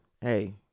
hey